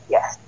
Yes